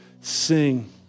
sing